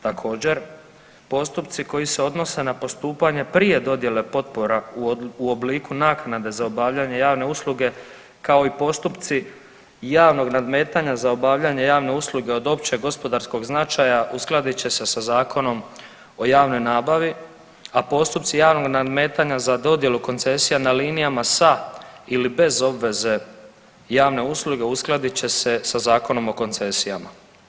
Također, postupci koji se odnose na postupanje prije dodjele potpora u obliku naknade za obavljanje javne usluge kao i postupci javnog nadmetanja za obavljanje javne usluge od općeg gospodarskog značaja uskladit će se sa Zakonom o javnoj nabavi, a postupci javnog nadmetanja za dodjelu koncesija na linijama sa ili bez obveze javne usluge uskladit će se sa Zakonom o koncesijama.